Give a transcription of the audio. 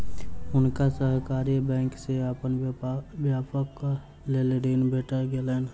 हुनका सहकारी बैंक से अपन व्यापारक लेल ऋण भेट गेलैन